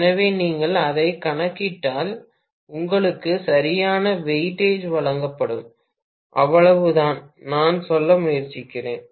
எனவே நீங்கள் அதைக் கணக்கிட்டால் உங்களுக்கு சரியான வெயிட்டேஜ் வழங்கப்பட வேண்டும் அவ்வளவுதான் நான் சொல்ல முயற்சிக்கிறேன்